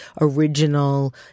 original